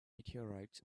meteorites